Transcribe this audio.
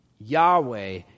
Yahweh